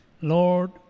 Lord